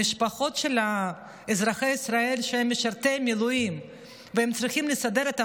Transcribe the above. המשפחות של אזרחי ישראל שמשרתים במילואים והם צריכים לסדר,